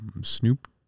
Snoop